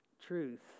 Truth